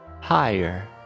higher